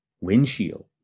windshield